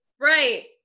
Right